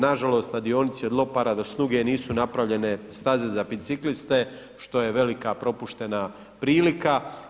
Nažalost na dionici od Lopara do Snuge nisu napravljene staze za bicikliste što je velika propuštena prilika.